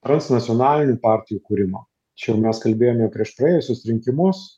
transnacionalinį partijų kūrimą čia jau mes kalbėjome prieš praėjusius rinkimus